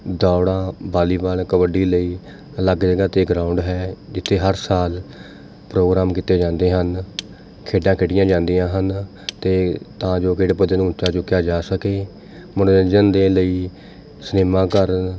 ਦੌੜਾਂ ਵਾਲੀਬਾਲ ਕਬੱਡੀ ਲਈ ਅਲੱਗ ਜਗ੍ਹਾ 'ਤੇ ਗਰਾਊਂਡ ਹੈ ਜਿੱਥੇ ਹਰ ਸਾਲ ਪ੍ਰੋਗਰਾਮ ਕੀਤੇ ਜਾਂਦੇ ਹਨ ਖੇਡਾਂ ਖੇਡੀਆਂ ਜਾਦੀਆਂ ਹਨ ਅਤੇ ਤਾਂ ਜੋ ਖੇਡ ਪੱਧਰ ਨੂੰ ਉੱਚਾ ਚੁੱਕਿਆ ਜਾ ਸਕੇ ਮੰਨੋਰੰਜਨ ਦੇ ਲਈ ਸਿਨੇਮਾ ਘਰ